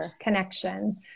connection